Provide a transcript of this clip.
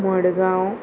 Madgaon